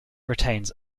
retains